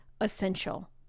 essential